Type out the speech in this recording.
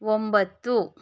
ಒಂಬತ್ತು